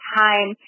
time